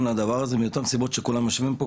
לדבר הזה מיותר מסיבות שכולם משווים פה,